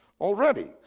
already